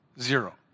zero